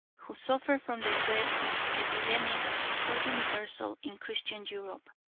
who suffered from the dread of epidemics so universal in christian europe,